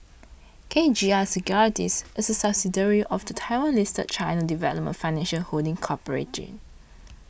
K G I Securities is a subsidiary of the Taiwan listed China Development Financial Holding Corporation